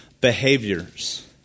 behaviors